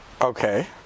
Okay